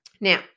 Now